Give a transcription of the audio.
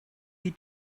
you